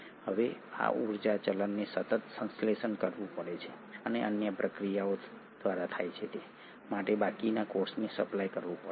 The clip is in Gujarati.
હવે આ ઊર્જા ચલણને સતત સંશ્લેષણ કરવું પડે છે અને અન્ય પ્રક્રિયાઓ થાય તે માટે બાકીના કોષને સપ્લાય કરવું પડે છે